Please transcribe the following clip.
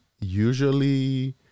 usually